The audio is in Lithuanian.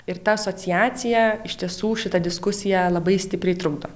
ir ta asociacija iš tiesų šitą diskusiją labai stipriai trukdo